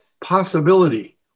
possibility